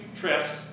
trips